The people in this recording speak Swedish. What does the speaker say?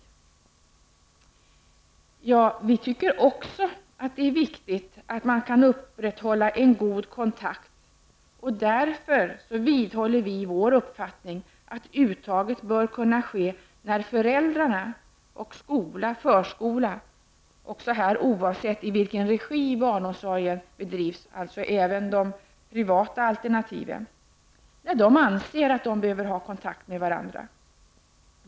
Ja, vi tycker också att det är viktigt att man kan upprätthålla en god kontakt. Därför vidhåller vi vår uppfattning att uttaget bör ske när föräldrarna och skola, förskola, oavsett i vilken regi barnomsorgen bedrivs, alltså även de privata alternativen, anser att kontakt behövs.